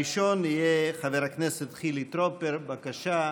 הראשון יהיה חבר הכנסת חילי טרופר, בבקשה.